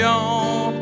on